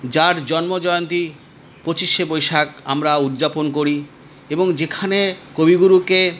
যার জন্মজয়ন্তী পঁচিশে বৈশাখ আমরা উদযাপন করি এবং যেখানে কবিগুরুকে